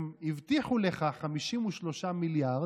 הם הבטיחו לך 53 מיליארד,